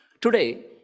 today